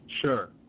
Sure